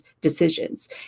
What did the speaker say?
decisions